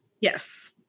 Yes